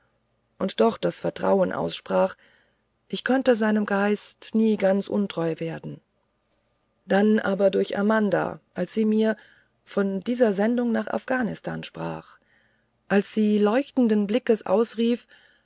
und doch das vertrauen aussprach ich könne seinem geiste nie ganz untreu werden dann aber durch amanda als sie mir von dieser sendung nach afghanistan sprach als sie leuchtenden blicks ausrief